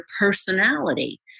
personality